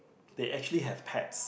they actually have pets